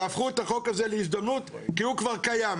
תהפכו את החוק הזה להזדמנות, כי הוא כבר קיים.